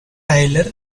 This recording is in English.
tyler